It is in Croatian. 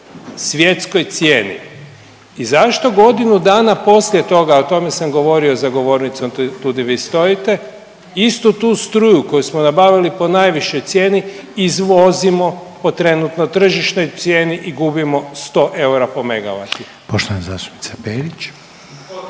svjetskoj cijeni? I zašto godinu dana poslije toga, o tome sam govorio za govornicom tu di vi stojite, istu tu struju koju smo nabavili po najvišoj cijeni, izvozimo po trenutno tržišnoj cijeni i gubimo 100 eura po MW.